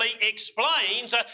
explains